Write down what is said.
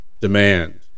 demand